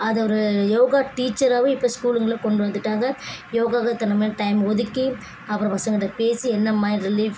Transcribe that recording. அதை ஒரு யோகா டீச்சராகவும் இப்போ ஸ்கூலுங்கள்ல கொண்டு வந்துவிட்டாங்க யோகாக்காக இத்தனை மணி டைம் ஒதுக்கி அப்புறம் பசங்ககிட்ட பேசி என்ன மாதிரி ரிலீஃப்